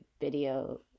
video